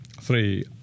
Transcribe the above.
three